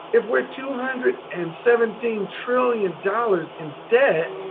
if we are two hundred and seventeen trillion dollars in debt,